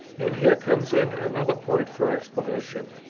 and here comes in another point for explanation.